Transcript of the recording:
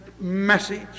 message